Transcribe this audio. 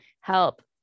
help